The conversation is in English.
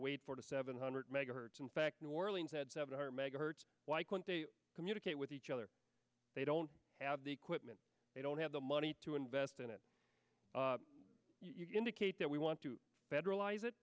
wait for the seven hundred megahertz in fact new orleans had seven hundred megahertz why can't they communicate with each other they don't have the equipment they don't have the money to invest in it indicate that we want to federalize it